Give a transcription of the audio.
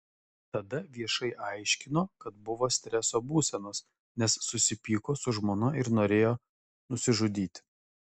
tada viešai aiškino kad buvo streso būsenos nes susipyko su žmona ir norėjo nusižudyti